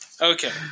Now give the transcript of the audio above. Okay